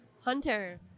Hunter